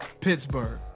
pittsburgh